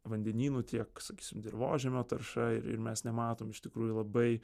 vandenynų tiek sakysim dirvožemio tarša ir ir mes nematom iš tikrųjų labai